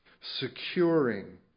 Securing